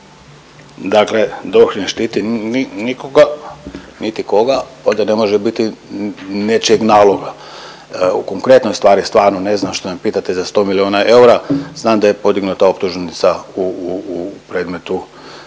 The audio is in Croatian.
Dakle, DORH ne štiti nikoga niti koga onda ne može biti nečijeg naloga. U konkretnoj stvari stvarno ne znam šta me pitate za 100 miliona eura, znam da je podignuta optužnica u predmetu